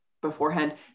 beforehand